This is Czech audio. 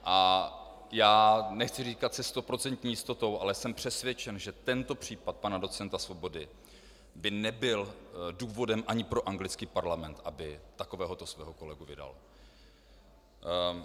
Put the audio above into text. A já nechci říkat se stoprocentní jistotou, ale jsem přesvědčen, že tento případ pana docenta Svobody by nebyl důvodem ani pro anglický parlament, aby takovéhoto svého kolegu vydal.